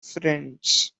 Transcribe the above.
friends